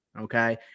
okay